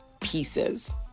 Pieces